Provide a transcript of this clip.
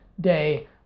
day